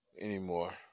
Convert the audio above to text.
anymore